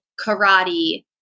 karate